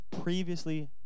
previously